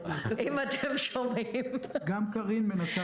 הם צריכים להיכנס